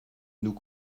nous